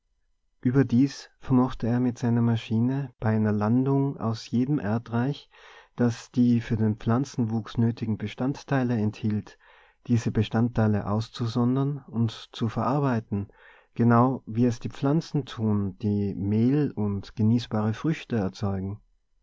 überdies vermochte er mit seiner maschine bei einer landung aus jedem erdreich das die für den pflanzenwuchs nötigen bestandteile enthielt diese bestandteile auszusondern und zu verarbeiten genau wie es die pflanzen tun die mehl und genießbare früchte erzeugen